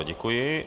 Děkuji.